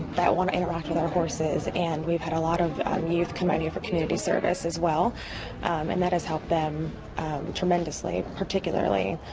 that want to interact with our horses and we've had a lot of youth come out here for community service as well and that has helped them tremendously, particularly